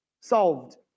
solved